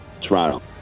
Toronto